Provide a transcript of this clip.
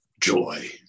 joy